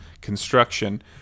construction